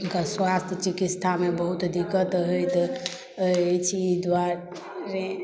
स्वास्थ्य चिकित्सामे बहुत दिक्कत होइत अछि एहि दुआरे